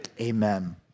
Amen